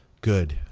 good